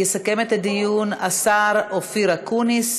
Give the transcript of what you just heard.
יסכם את הדיון השר אופיר אקוניס.